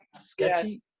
sketchy